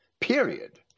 period